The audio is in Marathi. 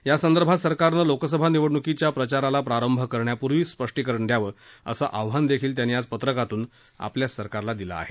या संदर्भात सरकारनं लोकसभा निवडणुकीच्या प्रचाराला प्रारंभ करण्यापूर्वी स्पष्टीकरण द्यावं असं आव्हान देखील त्यांनी आज पत्रकातून आपल्याच सरकारला दिलं आहे